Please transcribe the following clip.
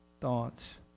Thoughts